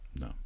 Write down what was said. No